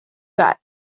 that